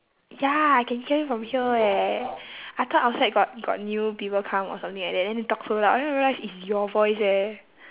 ya I can hear you from here eh I thought outside got got new people come or something like that then they talk so loud the I realise it's your voice eh